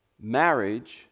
Marriage